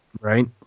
Right